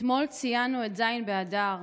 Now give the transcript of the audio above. אתמול ציינו את ז' באדר,